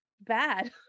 bad